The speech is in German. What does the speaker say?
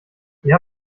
ihr